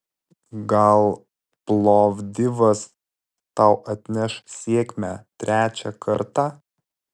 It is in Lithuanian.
gal plovdivas tau atneš sėkmę trečią kartą